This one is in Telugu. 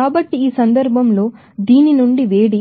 కాబట్టి ఇక్కడ ఈ సందర్భంలో దీని నుండి వేడి